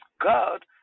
God